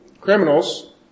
criminals